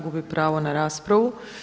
Gubi pravo na raspravu.